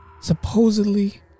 supposedly